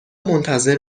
منتظر